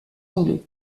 anglais